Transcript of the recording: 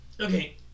Okay